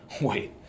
wait